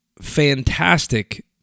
fantastic